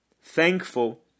thankful